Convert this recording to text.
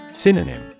Synonym